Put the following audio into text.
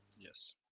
Yes